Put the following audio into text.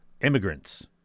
immigrants